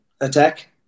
attack